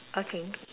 okay